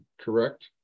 correct